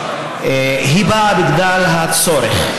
באה מהצורך,